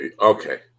Okay